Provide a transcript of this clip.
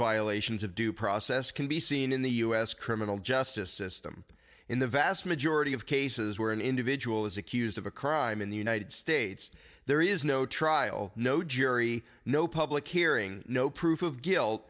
violations of due process can be seen in the u s criminal justice system in the vast majority of cases where an individual is accused of a crime in the united states there is no trial no jury no public hearing no proof of guilt